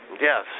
Yes